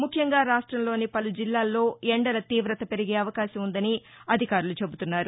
ముఖ్యంగా రాష్టంలోని పలు జిల్లాల్లో ఎండల తీవత పెరిగే అవకాశం ఉ ందని అధికారులు చెబుతున్నారు